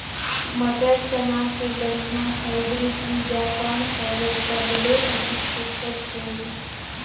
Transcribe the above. मटर, चना के बढ़िया हाईब्रिड बीजा कौन हवय? सबले अधिक उपज होही?